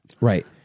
Right